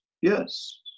yes